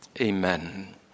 amen